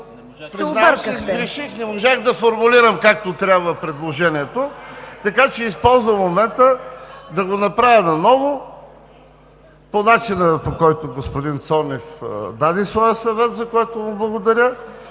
не можах да формулирам предложението както трябва. Така че използвам момента да го направя наново по начина, който господин Цонев даде своя съвет, за което му благодаря.